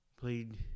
played